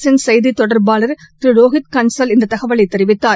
அரசின் செய்தி தொடர்பாளர் திரு ரோகித் கன்சால் இந்த தகவலை தெரிவித்தார்